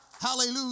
Hallelujah